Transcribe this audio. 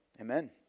Amen